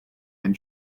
and